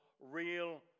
real